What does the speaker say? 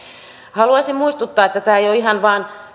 haluaisin muistuttaa että tämä ei ole ihan vain